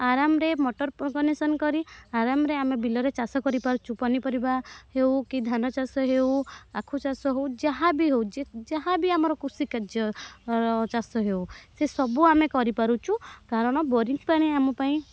ଆରାମ୍ରେ motor connection କରି ଆରାମ୍ରେ ଆମେ ବିଲରେ ଚାଷ କରି ପାରୁଛୁ ପନିପରିବା ହେଉ କି ଧାନଚାଷ ହେଉ ଆଖୁଚାଷ ହେଉ ଯାହାବି ହେଉ ଯାହାବି ଆମର କୃଷି କାର୍ଯ୍ୟ ଚାଷ ହେଉ ସେସବୁ ଆମେ କରିପାରୁଛୁ କାରଣ ବୋରିଙ୍ଗ୍ ପାଣି ଆମପାଇଁ